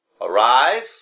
arrive